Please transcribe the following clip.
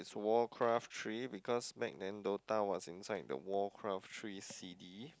Warcraft three because back then Dota was inside the Warcraft three C_D